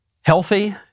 healthy